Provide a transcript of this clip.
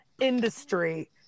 industry